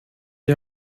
die